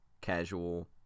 casual